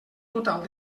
total